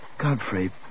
Godfrey